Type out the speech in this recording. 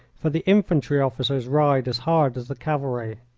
for the infantry officers ride as hard as the cavalry.